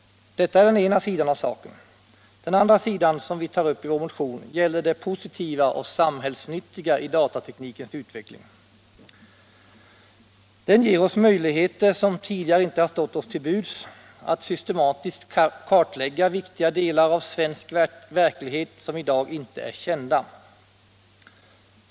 Detta är den ena sidan av saken. Den andra sidan som vi tar upp i vår motion gäller det positiva och samhällsnyttiga i datateknikens utveckling. Den ger oss möjligheter som tidigare inte har stått oss till buds att systematiskt kartlägga viktiga delar av svensk verklighet som i dag inte är kända.